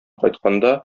кайтканда